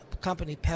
company